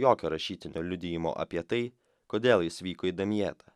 jokio rašytinio liudijimo apie tai kodėl jis vyko į damjetą